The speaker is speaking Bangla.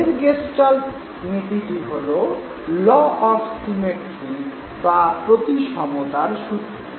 পরের গেস্টাল্ট নীতিটি হল ল অফ সিমেট্রি বা প্রতিসমতার সূত্র